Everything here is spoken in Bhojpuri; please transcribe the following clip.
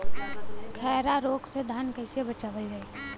खैरा रोग से धान कईसे बचावल जाई?